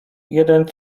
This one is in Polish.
jeden